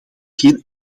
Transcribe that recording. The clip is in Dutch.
geen